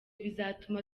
bizatuma